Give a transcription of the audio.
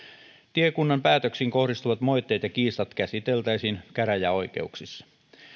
tiekunnan päätöksiin kohdistuvat moitteet ja kiistat käsiteltäisiin käräjäoikeuksissa